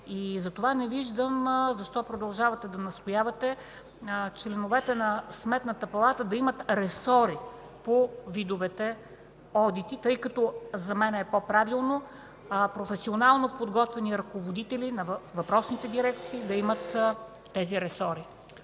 Не разбирам защо продължавате да настоявате членовете на Сметната палата да имат ресори по видовете одити, тъй като за мен е по-правилно професионално подготвени ръководители на въпросните дирекции да имат тези ресори.